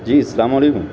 جی السلام علیکم